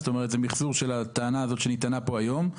זאת אומרת, זה מחזור של הטענה שנטענה פה היום.